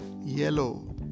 Yellow